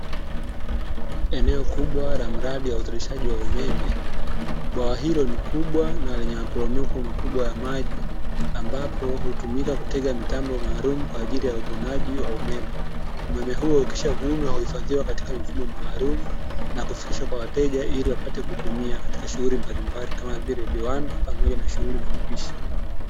Eneo kubwa la mradi wa uzalishaji ya umeme, bwawa hilo ni kubwa na lenye maporomoko makubwa ya maji ambapo hutumika kutega mtambo maalumu kwa ajili ya uvunaji wa umeme, umeme huo ukishavunwa huifadhiwa katika mifumo maalumu na kufikishwa kwa wateja ili wapate kutumia katika shughuli mbalimbali kama vile viwanda na pamoja na shughuliza upishi.